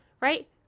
Right